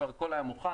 כבר הכול היה מוכן,